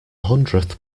hundredth